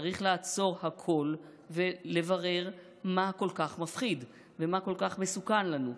צריך לעצור הכול ולברר מה כל כך מפחיד ומה כל כך מסוכן לנו.